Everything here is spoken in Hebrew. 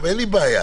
אין לי בעיה,